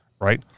right